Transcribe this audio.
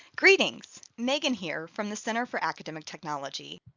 greetings! megan here from the center for academic technology.